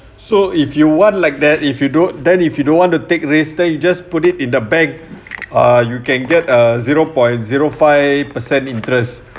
so if you want like that if you don't then if you don't want to take risk then you just put it in the bank ah you can get a zero point zero five percent interest